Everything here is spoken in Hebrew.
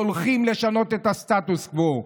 שהולכים לשנות את הסטטוס קוו,